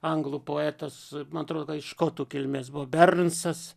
anglų poetas man atrodo jis škotų kilmės buvo bernsas